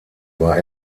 war